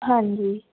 ਹਾਂਜੀ